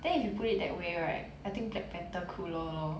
then you put it that way right I think black panther cooler loh